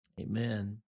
Amen